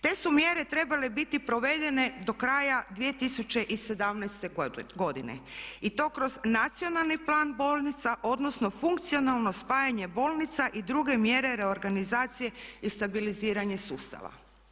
Te su mjere trebale biti provedene do kraja 2017. godine i to kroz Nacionalni plan bolnica, odnosno funkcionalno spajanje bolnica i druge mjere reorganizacije i stabiliziranje sustava.